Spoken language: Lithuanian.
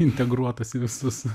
integruotos į visus